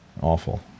Awful